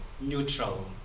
neutral